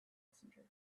passengers